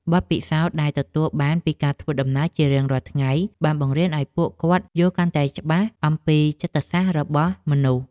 បទពិសោធន៍ដែលទទួលបានពីការធ្វើដំណើរជារៀងរាល់ថ្ងៃបានបង្រៀនឱ្យពួកគាត់យល់កាន់តែច្បាស់អំពីចិត្តសាស្ត្ររបស់មនុស្ស។